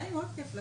אני מבקש בקצרה.